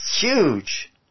huge